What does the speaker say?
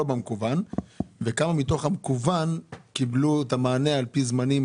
במקוון וכמה מתוך המקוון קיבלו את המענה על פי זמנים?